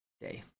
day